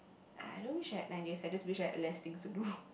I don't wish I had nine days I just wished I had less things to do